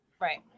Right